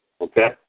Okay